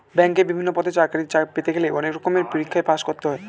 ব্যাংকে বিভিন্ন পদে চাকরি পেতে গেলে অনেক রকমের পরীক্ষায় পাশ করতে হয়